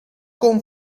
con